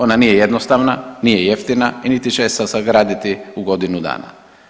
Ona nije jednostavna, nije jeftina i niti će se sagraditi u godini dana.